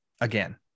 again